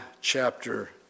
chapter